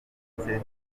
ndetse